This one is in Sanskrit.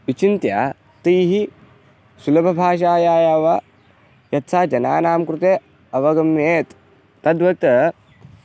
विचिन्त्य तैः सुलभभाषया या वा यथा जनानां कृते अवगम्येत तद्वत्